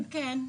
כן.